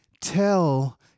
tell